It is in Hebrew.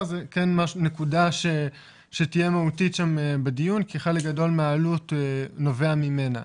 זה כן נקודה שתהיה מהותית בדיון כי חלק גדול מהעלות נובע ממנה.